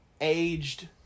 aged